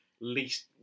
least